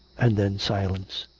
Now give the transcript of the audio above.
and then silence.